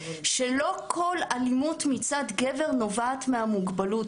זה שלא כל אלימות מצד גבר נובעת מהמוגבלות.